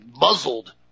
muzzled